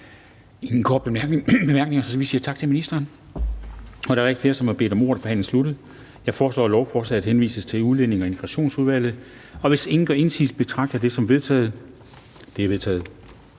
ingen korte bemærkninger, så vi siger tak til ministeren. Da der ikke er flere, der har bedt om ordet, er forhandlingen sluttet. Jeg foreslår, at lovforslaget henvises til Udlændinge- og Integrationsudvalget, og hvis ingen gør indsigelse, betragter jeg det som vedtaget. Det er vedtaget.